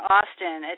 Austin